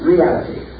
Reality